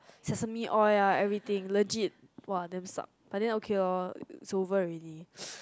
sesame oil ah everything legit !wow! damn suck but then okay loh is over already